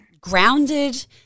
grounded –